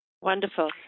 Wonderful